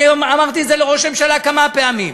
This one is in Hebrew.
וגם אמרתי את זה לראש הממשלה כמה פעמים,